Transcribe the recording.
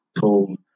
told